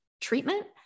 treatment